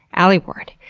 alie ward.